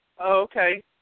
Okay